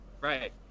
Right